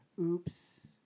Oops